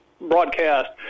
broadcast